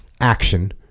action